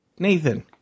Nathan